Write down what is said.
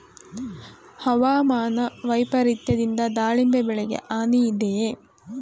ಹವಾಮಾನ ವೈಪರಿತ್ಯದಿಂದ ದಾಳಿಂಬೆ ಬೆಳೆಗೆ ಹಾನಿ ಇದೆಯೇ?